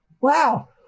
Wow